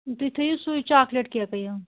تُہۍ تھٲیِو سُے چاکلیٹ کیکٕے اۭں